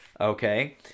Okay